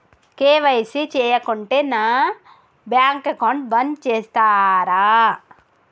KYC చేయకుంటే నా bank account బంద్ చేస్తరా?